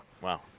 Wow